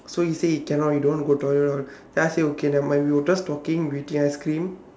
so he say he cannot he don't want to go toilet then I say okay never mind we were just talking with the ice-cream